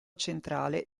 centrale